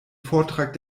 vortrag